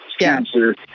Cancer